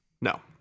No